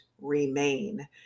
remain